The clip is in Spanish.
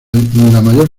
mayor